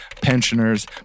pensioners